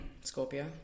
Scorpio